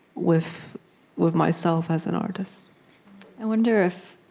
with with myself as an artist i wonder if,